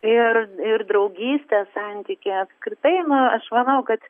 ir ir draugystės santykį apskritai nu aš manau kad